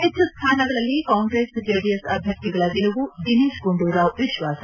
ಹೆಚ್ಚು ಸ್ವಾನಗಳಲ್ಲಿ ಕಾಂಗ್ರೆಸ್ ಜೆಡಿಎಸ್ ಅಭ್ವರ್ಥಿಗಳ ಗೆಲುವು ದಿನೇಶ್ ಗುಂಡೂರಾವ್ ವಿಶ್ವಾಸ